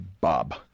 Bob